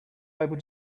able